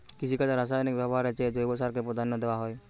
কৃষিকাজে রাসায়নিক ব্যবহারের চেয়ে জৈব চাষকে প্রাধান্য দেওয়া হয়